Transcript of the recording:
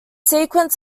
sequence